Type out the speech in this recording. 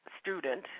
student